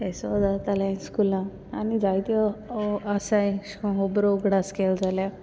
ऐसो जातालें स्कुलांक आनी जायत्यो आसाय ऐश कोन्न खबरो उगडास केलो जाल्यार